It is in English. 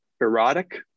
erotic